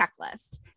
checklist